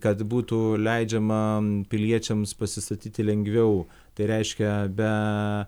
kad būtų leidžiama piliečiams pasistatyti lengviau tai reiškia be